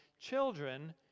Children